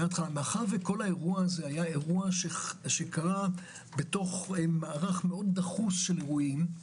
מאחר שכל האירוע הזה קרה בתוך מערך מאוד דחוס של אירועים,